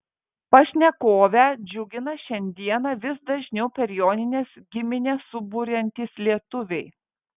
pašnekovę džiugina šiandieną vis dažniau per jonines giminę suburiantys lietuviai